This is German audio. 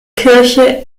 kirche